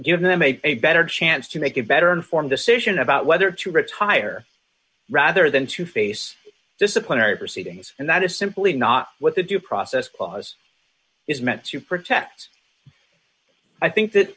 give them a a better chance to make a better informed decision about whether to retire rather than to face disciplinary proceedings and that is simply not what the due process clause is meant to protect i think